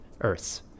Earths